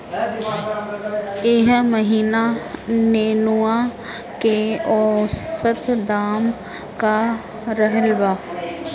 एह महीना नेनुआ के औसत दाम का रहल बा?